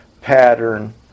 pattern